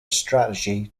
strategy